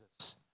Jesus